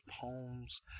poems